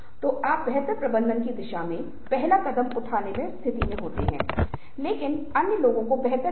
और मैं आपसे कुछ सवाल पूछूंगा जब मैं चर्चा मंच पर आपके साथ इन चीजों पर चर्चा करूंगा